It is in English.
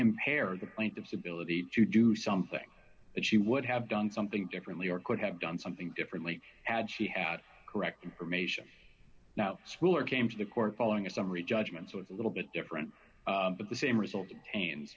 impair the plaintiff's ability to do something that she would have done something differently or could have done something differently had she had correct information not school or came to the court following a summary judgment so it's a little bit different but the same result